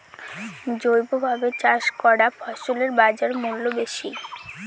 জৈবভাবে চাষ করা ফসলের বাজারমূল্য বেশি